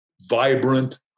vibrant